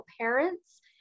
parents